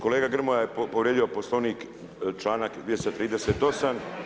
Kolega Grmoja je povrijedio Poslovnik članak 238.